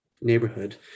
neighborhood